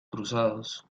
cruzados